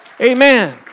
Amen